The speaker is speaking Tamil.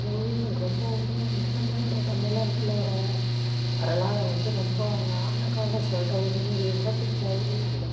அந்த ஓவியங்கள் ரொம்பவுமே வந்து நம்மளோடய தமிழர்களோடய வரலாறை வந்து ரொம்ப அழகாக சொல்கிற ஒரு ஓவியம் தான் தஞ்சாவூர் ஓவியம்